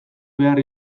behar